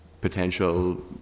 Potential